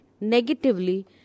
negatively